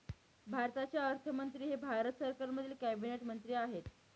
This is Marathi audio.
भारताचे अर्थमंत्री हे भारत सरकारमधील कॅबिनेट मंत्री आहेत